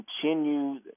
continue